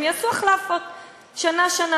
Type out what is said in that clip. הם יעשו החלפות, שנה-שנה.